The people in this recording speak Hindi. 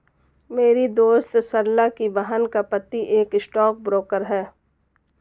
मेरी दोस्त सरला की बहन का पति एक स्टॉक ब्रोकर है